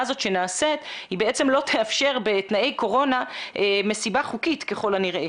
הזאת שנעשית היא בעצם ככל הנראה לא תאפשר בתנאי קורונה מסיבה חוקית.